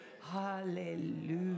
hallelujah